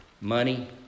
money